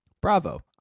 bravo